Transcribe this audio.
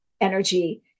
energy